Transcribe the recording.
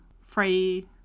free